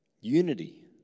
Unity